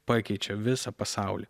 pakeičia visą pasaulį